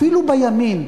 אפילו בימין,